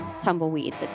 tumbleweed